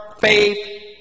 faith